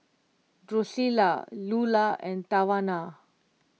Drucilla Lula and Tawana